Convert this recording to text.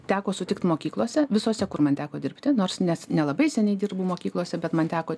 teko sutikt mokyklose visose kur man teko dirbti nors nelabai seniai dirbu mokyklose bet man teko